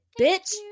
bitch